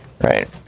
Right